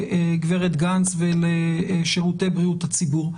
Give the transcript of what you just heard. לגב' גנס ולשירותי בריאות הציבור,